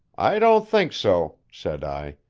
i don't think so, said i.